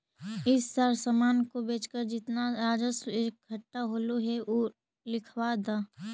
इस साल सामान को बेचकर जितना राजस्व इकट्ठा होलो हे उ लिखवा द